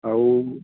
আৰু